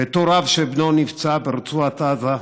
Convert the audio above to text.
בתור אב שבנו נפצע ברצועת עזה,